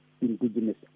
indigenous